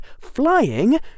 flying